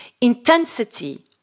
intensity